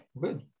good